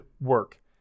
work